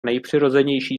nejpřirozenější